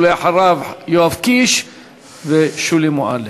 אחריו, יואב קיש ושולי מועלם.